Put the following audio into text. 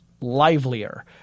livelier